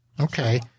Okay